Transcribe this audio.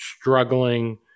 struggling